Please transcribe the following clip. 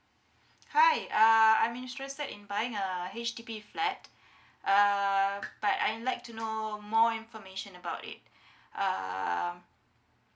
hi uh I'm interested in buying a H_D_B flat uh but I like to know more information about it um